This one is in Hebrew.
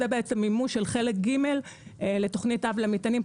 זה בעצם מימוש של חלק ג' לתוכנית אב למטענים.